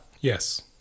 Yes